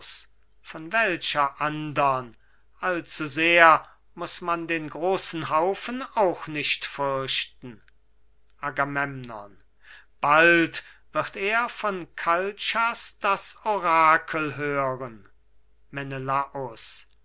von welcher andern allzusehr muß man den großen haufen auch nicht fürchten agamemnon bald wird er von kalchas das orakel hören menelaus